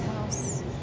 house